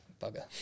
Bugger